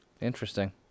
Interesting